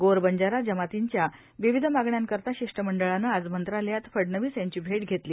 गोर बंजारा जमातींच्या विविध मागण्यांकरीता शिष्टमं ळाने आज मंत्रालयात फ णवीस यांची भेट घेतली